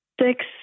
Six